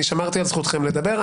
שמרתי על זכותכם לדבר,